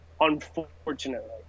Unfortunately